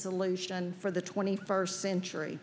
solution for the twenty first century